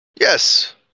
Yes